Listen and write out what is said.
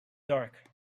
dark